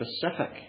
specific